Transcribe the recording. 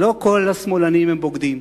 לא כל השמאלנים הם בוגדים,